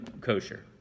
kosher